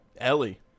Ellie